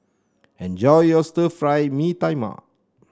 enjoy your Stir Fry Mee Tai Mak